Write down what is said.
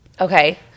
Okay